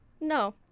No